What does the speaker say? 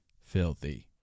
filthy